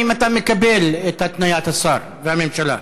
האם אתה מקבל את התניית השר והממשלה?